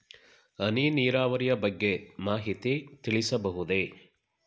ಹನಿ ನೀರಾವರಿಯ ಬಗ್ಗೆ ಮಾಹಿತಿ ತಿಳಿಸಬಹುದೇ?